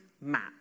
map